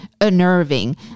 unnerving